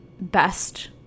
best